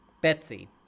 betsy